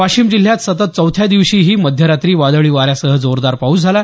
वाशिम जिल्ह्यात सतत चौथ्या दिवशी मध्यरात्री वादळी वाऱ्यासह जोरदार पाऊस झाला